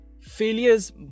Failures